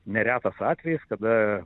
neretas atvejis kada